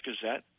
Gazette